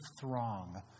throng